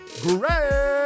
great